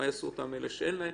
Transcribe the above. מה יעשו אותם אלה שאין להם?